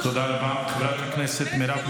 לא נכון.